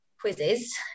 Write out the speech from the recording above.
quizzes